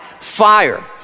fire